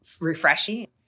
refreshing